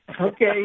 Okay